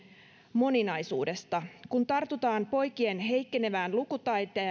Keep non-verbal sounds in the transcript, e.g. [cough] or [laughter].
moninaisuudesta kun tartutaan poikien heikkenevään lukutaitoon [unintelligible]